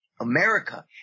America